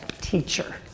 teacher